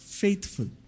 faithful